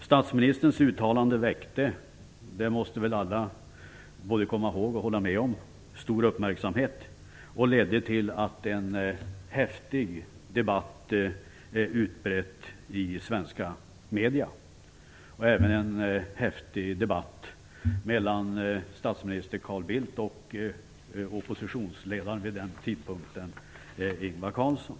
Som väl alla måste komma ihåg och hålla med om väckte statsministerns uttalande stor uppmärksamhet och ledde till att en häftig debatt utbröt i svenska medier. Det blev även en häftig debatt mellan statsminister Carl Bildt och oppositionsledaren vid den tidpunkten, Ingvar Carlsson.